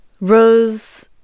Rose